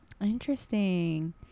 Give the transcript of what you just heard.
Interesting